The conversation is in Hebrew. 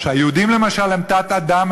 שהיהודים למשל הם תת-אדם,